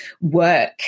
work